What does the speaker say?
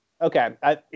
okay